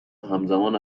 همزمان